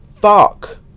fuck